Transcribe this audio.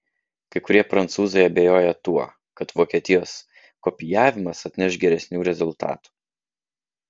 kai kurie prancūzai abejoja tuo kad vokietijos kopijavimas atneš geresnių rezultatų